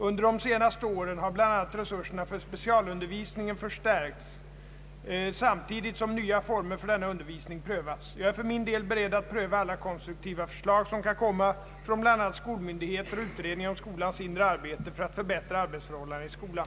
Under de senaste åren har bl.a. resurserna för specialundervisningen förstärkts samtidigt som nya former för denna undervisning prövas. Jag är för min del beredd att pröva alla konstruktiva förslag som kan komma — från bl.a. skolmyndigheter och utredningen om skolans inre arbete — för att förbättra arbetsförhållandena i skolan.